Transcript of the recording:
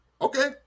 Okay